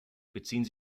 beziehen